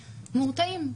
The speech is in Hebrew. מורתעים.